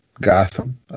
Gotham